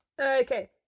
Okay